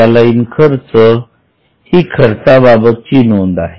कार्यालयीन खर्च ही खर्चाबाबतची नोंद आहे